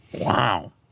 Wow